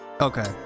Okay